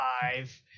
five